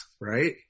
right